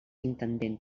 intendent